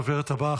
הדוברת הבאה,